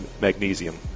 Magnesium